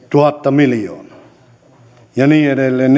miljoonaa ja niin edelleen